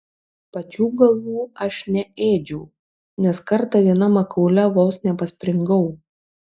pačių galvų aš neėdžiau nes kartą viena makaule vos nepaspringau